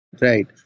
right